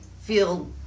feel